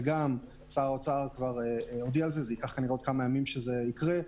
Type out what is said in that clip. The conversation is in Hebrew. וגם שר האוצר כבר הודיע על זה זה ייקח עוד כמה ימים שזה יקרה,